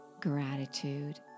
gratitude